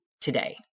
today